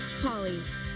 Polly's